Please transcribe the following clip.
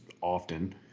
often